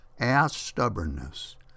ass-stubbornness